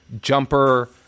jumper